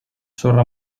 sorra